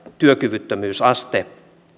työkyvyttömyysaste